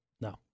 No